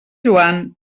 joan